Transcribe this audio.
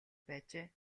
байжээ